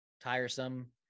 tiresome